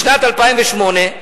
בשנת 2008,